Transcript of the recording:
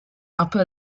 upper